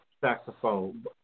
saxophone